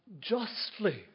justly